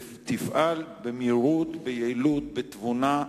תפעל במהירות, ביעילות, בתבונה,